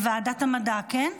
לוועדת המדע, כן?